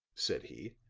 said he.